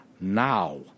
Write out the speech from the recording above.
now